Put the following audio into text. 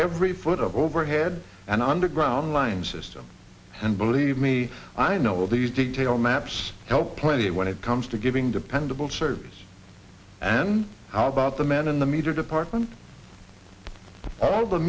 every foot of overhead and underground lines system and believe me i know these detailed maps help plenty when it comes to giving dependable service and how about the men in the meter department all the